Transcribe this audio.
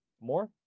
More